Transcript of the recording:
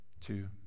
two